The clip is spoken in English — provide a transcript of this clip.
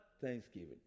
thanksgiving